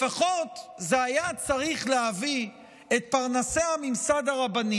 לפחות זה היה צריך להביא את פרנסי הממסד הרבני